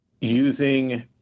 using